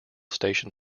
station